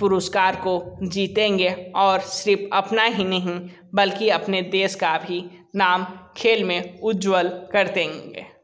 पुरष्कार को जीतेंगे और सिर्फ़ अपना ही नहीं बल्कि अपने देश का भी नाम खेल में उज्जवल कर देंगे